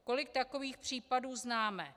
Kolik takových případů známe.